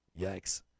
Yikes